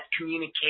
communication